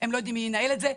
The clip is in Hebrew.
הם לא יודעים מי ינהל את זה,